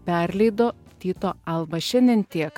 perleido tyto alba šiandien tiek